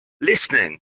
listening